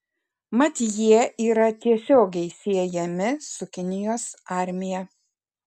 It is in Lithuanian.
mat jie yra tiesiogiai siejami su kinijos armija